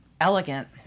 elegant